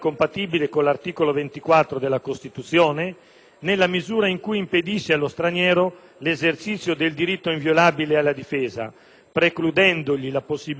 nella misura in cui impedisce allo straniero l'esercizio del diritto inviolabile alla difesa, precludendogli la possibilità di dimostrare in giudizio la propria innocenza.